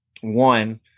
one